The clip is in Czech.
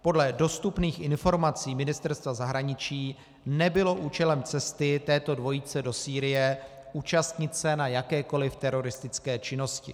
Podle dostupných informací Ministerstva zahraničí nebylo účelem cesty této dvojice do Sýrie účastnit se na jakékoliv teroristické činnosti.